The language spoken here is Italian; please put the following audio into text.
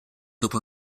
dopo